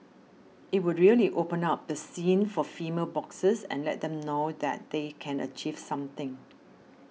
it would really open up the scene for female boxers and let them know that they can achieve something